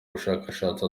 ubushakashatsi